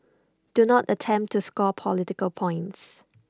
do not attempt to score political points